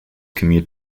commute